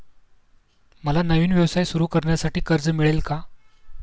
मला नवीन व्यवसाय सुरू करण्यासाठी कर्ज मिळेल का?